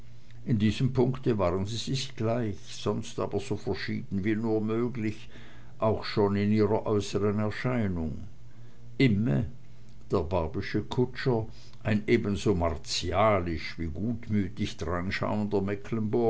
in diesem punkte waren sie sich gleich sonst aber so verschieden wie nur möglich auch schon in ihrer äußeren erscheinung imme der barbysche kutscher ein ebenso martialisch wie gutmütig